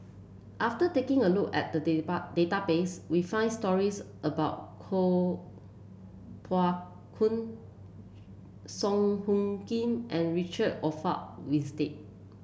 after taking a look at the database we found stories about Kuo Pao Kun Song Hoot Kiam and Richard Olaf Winstedt